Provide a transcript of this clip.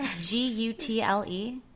G-U-T-L-E